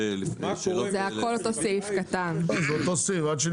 רמת המחירים בשוק הענף עלולה להביא לסיום פעילותם של